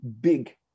big